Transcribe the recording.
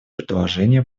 предложение